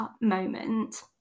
moment